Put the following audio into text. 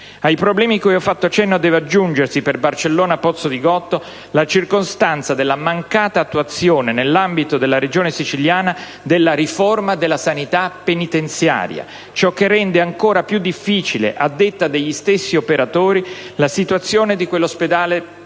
Ai problemi cui ho fatto cenno deve aggiungersi, per Barcellona Pozzo di Gotto, la circostanza della mancata attuazione, nell'ambito della Regione Siciliana, della riforma della sanità penitenziaria, ciò che rende ancora più difficile - a detta degli stessi operatori - la situazione di quell'ospedale psichiatrico